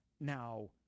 Now